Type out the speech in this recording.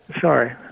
Sorry